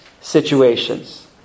situations